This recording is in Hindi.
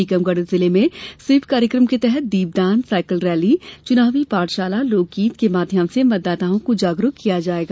टीकमगढ़ जिले में स्वीप कार्यक्रम के तहत दीपदान सायकिल रैली चुनावी पाठशला लोकगीत के माध्यमों से मतदाताओं को जागरूक किया जायेगा